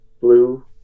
blue